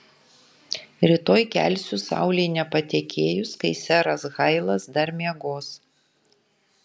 rytoj kelsiu saulei nepatekėjus kai seras hailas dar miegos